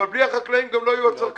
אבל בלי החקלאים גם לא יהיו צרכנים.